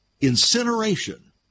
incineration